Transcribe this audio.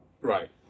Right